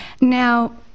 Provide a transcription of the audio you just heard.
Now